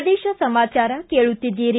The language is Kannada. ಪ್ರದೇಶ ಸಮಾಚಾರ ಕೇಳುತ್ತಿದ್ದೀರಿ